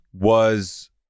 was-